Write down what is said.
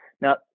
Now